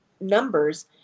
numbers